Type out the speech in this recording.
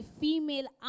female